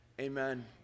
amen